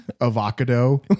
avocado